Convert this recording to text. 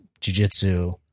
jujitsu